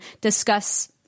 discuss